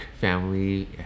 family